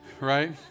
Right